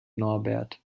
norbert